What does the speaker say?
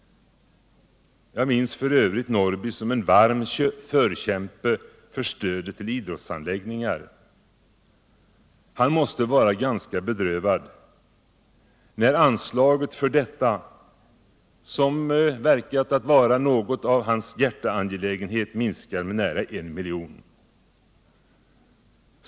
Jag minns f. ö. Karl-Eric Norrby såsom en varm förkämpe för stödet till idrottsanläggningar. Han måste vara ganska bedrövad, när anslaget till detta, som har verkat att vara hans hjärteangelägenhet, minskar med nära 1 milj.kr.